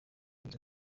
inzu